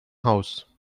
house